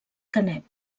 canet